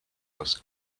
was